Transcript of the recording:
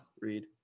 read